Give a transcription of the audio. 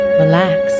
relax